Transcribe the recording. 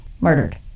Murdered